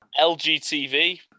LGTV